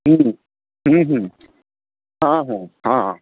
ହଁ ହଁ ହଁ